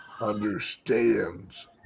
understands